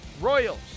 Royals